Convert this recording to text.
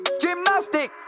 Gymnastic